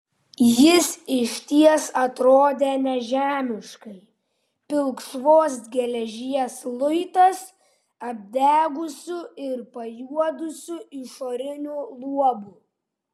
jis išties atrodė nežemiškai pilkšvos geležies luitas apdegusiu ir pajuodusiu išoriniu luobu